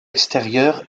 extérieur